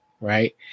Right